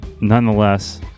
Nonetheless